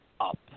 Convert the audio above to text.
up